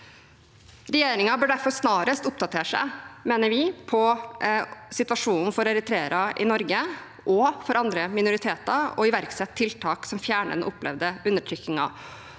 Regjeringen bør derfor snarest oppdatere seg, mener vi, på situasjonen for eritreere i Norge – og for andre minoriteter – og iverksette tiltak som fjerner den opplevde undertrykkingen.